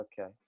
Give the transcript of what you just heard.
Okay